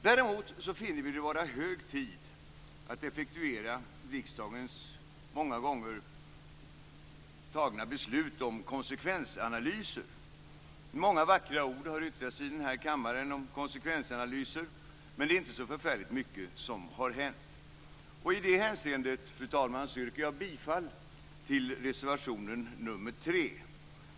Däremot finner vi det vara hög tid att effektuera riksdagens många gånger fattade beslut om konsekvensanalyser. Många vackra ord har yttrats i den här kammaren om konsekvensanalyser, men det är inte så förfärligt mycket som har hänt. I det hänseendet, fru talman, yrkar jag bifall till reservationen nr 3.